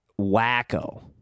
wacko